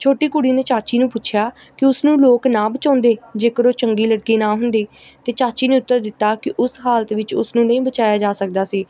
ਛੋਟੀ ਕੁੜੀ ਨੇ ਚਾਚੀ ਨੂੰ ਪੁੱਛਿਆ ਕਿ ਉਸਨੂੰ ਲੋਕ ਨਾ ਬਚਾਉਂਦੇ ਜੇਕਰ ਉਹ ਚੰਗੀ ਲੜਕੀ ਨਾ ਹੁੰਦੀ ਤਾਂ ਚਾਚੀ ਨੇ ਉੱਤਰ ਦਿੱਤਾ ਕਿ ਉਸ ਹਾਲਤ ਵਿੱਚ ਉਸਨੂੰ ਨਹੀਂ ਬਚਾਇਆ ਜਾ ਸਕਦਾ ਸੀ